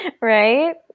Right